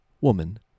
Woman